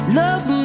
love